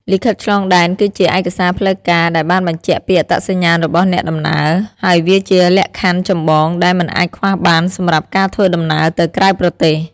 លិខិតឆ្លងដែនគឺជាឯកសារផ្លូវការដែលបានបញ្ជាក់ពីអត្តសញ្ញាណរបស់អ្នកដំណើរ ហើយវាជាលក្ខខណ្ឌចម្បងដែលមិនអាចខ្វះបានសម្រាប់ការធ្វើដំណើរទៅក្រៅប្រទេស។